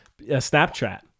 Snapchat